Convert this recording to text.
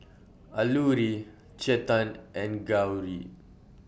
Alluri Chetan and Gauri